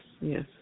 Yes